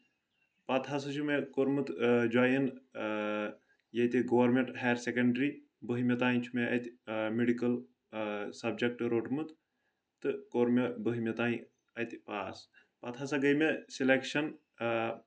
پتہٕ ہسا چھُ مےٚ کوٚرمُت جوٚین ییٚتہِ گورمینٹ ہایر سیکنڈری بٔہمہِ تانۍ چھُ مےٚ اَتہِ میڈِکل سبجکٹ روٚٹمُت تہٕ کوٚر مےٚ بٔہمہِ تانۍ اَتہِ پاس پتہٕ ہسا گٔے مےٚ سِلیکشن اۭں